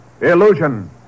Illusion